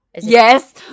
Yes